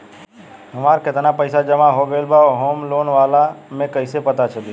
हमार केतना पईसा जमा हो गएल बा होम लोन वाला मे कइसे पता चली?